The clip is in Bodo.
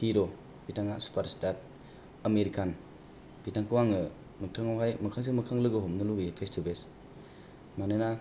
हिर' बिथाङा सुफारसिथार आमिर खान बिथांखौ आङो मोगथाङावहाय मोखांजों मोखां लोगो हमनो लुगैयो पेस थु पेस मानोना